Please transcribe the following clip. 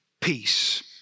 peace